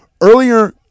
Earlier